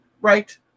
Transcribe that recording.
right